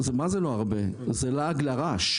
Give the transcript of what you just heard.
זה לעג לרש.